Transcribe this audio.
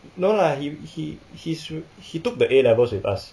no lah he he he he took the A levels with us